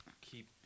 keep